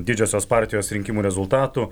didžiosios partijos rinkimų rezultatų